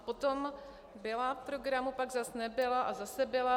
Potom byla v programu, pak zase nebyla a zase byla.